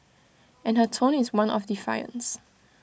and her tone is one of defiance